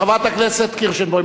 חברת הכנסת קירשנבאום,